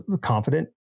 confident